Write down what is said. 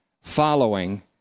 following